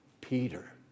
Peter